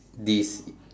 this